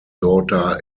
daughter